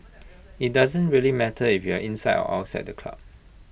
IT doesn't really matter if you are inside or outside the club